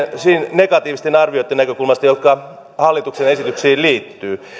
negatiivisten arvioitten näkökulmasta jotka hallituksen esityksiin liittyvät